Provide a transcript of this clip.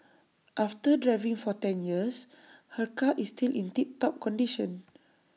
after driving for ten years her car is still in tip top condition